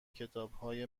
کتابای